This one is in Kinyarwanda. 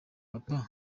papa